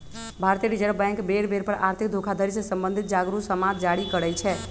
भारतीय reserve bank बेर बेर पर आर्थिक धोखाधड़ी से सम्बंधित जागरू समाद जारी करइ छै